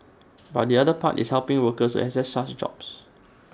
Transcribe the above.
but the other part is helping workers to access such jobs